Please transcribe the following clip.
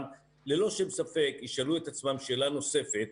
ללא שום ספק ישאלו את עצמן שאלה נוספת,